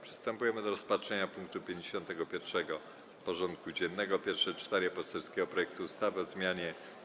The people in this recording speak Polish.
Przystępujemy do rozpatrzenia punktu 51. porządku dziennego: Pierwsze czytanie poselskiego projektu ustawy o zmianie